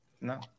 No